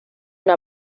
una